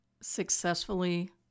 successfully